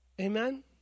Amen